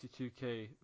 52k